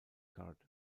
card